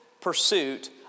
pursuit